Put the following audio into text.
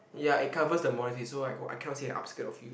ya it covers the so I can~ I cannot see the upskirt of you